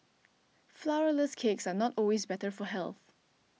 Flourless Cakes are not always better for health